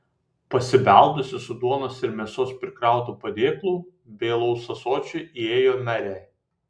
pasibeldusi su duonos ir mėsos prikrautu padėklu bei alaus ąsočiu įėjo merė